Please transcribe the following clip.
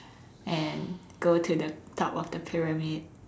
and go to the top of the pyramid